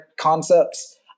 concepts